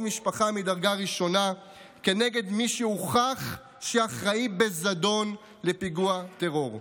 משפחה מדרגה ראשונה כנגד מי שהוכח שאחראי בזדון לפיגוע טרור.